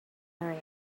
area